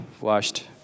washed